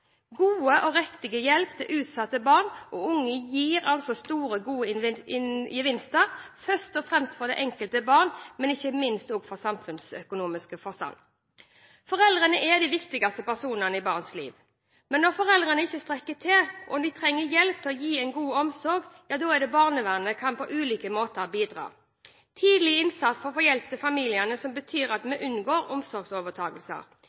gode gevinster, først og fremst for det enkelte barn, men ikke minst i samfunnsøkonomisk forstand. Foreldrene er de viktigste personene i et barns liv. Når foreldre ikke strekker til og trenger hjelp til å gi god omsorg, kan barnevernet på ulike måter bidra. Tidlig innsats for å få hjelp til familiene kan bety at vi unngår omsorgsovertakelse. Men også i de tilfellene der det offentlige er nødt til å overta omsorgen for